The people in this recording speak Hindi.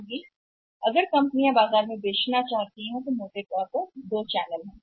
अगर आपको लगता है या जब कंपनियों को बेचना चाहते हैं बाजार में उत्पाद मोटे तौर पर दो चैनल हैं